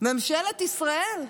ממשלת ישראל,